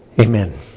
Amen